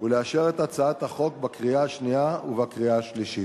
ולאשר את הצעת החוק בקריאה שנייה ובקריאה שלישית.